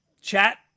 chat